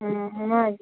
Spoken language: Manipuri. ꯎꯝ ꯐꯥꯎꯅꯔꯁꯤ